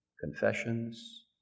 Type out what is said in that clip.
confessions